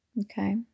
Okay